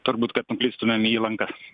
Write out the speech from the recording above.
turbūt kad nuklystumėm į lankas